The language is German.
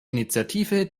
initiative